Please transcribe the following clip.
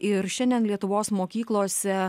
ir šiandien lietuvos mokyklose